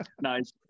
Nice